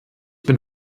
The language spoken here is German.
bin